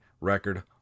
record